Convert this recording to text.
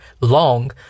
long